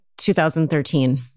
2013